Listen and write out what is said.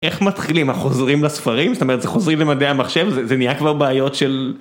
איך מתחילים אנחנו חוזרים לספרים? זאת אומרת זה חוזרים למדעי המחשב? זה נהיה כבר בעיות של...